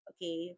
Okay